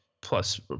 plus